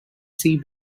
see